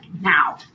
now